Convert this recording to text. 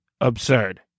absurd